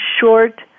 short